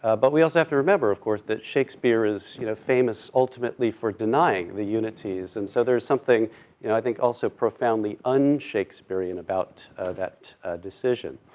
ah but we also have to remember, of course, that shakespeare is, you know, famous ultimately for denying the unities, and so there's you know i think also profoundly un-shakespearean about that decision.